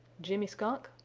jimmy skunk,